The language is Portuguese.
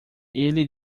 ele